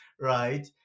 right